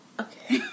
Okay